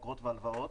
אגרות והלוואות.